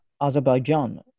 Azerbaijan